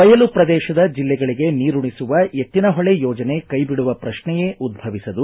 ಬಯಲು ಪ್ರದೇಶದ ಜಿಲ್ಲೆಗಳಗೆ ನೀರುಣಿಸುವ ಎತ್ತಿನಹೊಳೆ ಯೋಜನೆ ಕೈಬಿಡುವ ಪ್ರತ್ನೆಯೇ ಉದ್ಧವಿಸದು